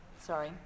Sorry